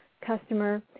customer